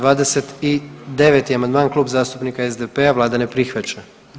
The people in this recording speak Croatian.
29. amandman Klub zastupnika SDP-a, Vlada ne prihvaća.